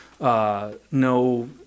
no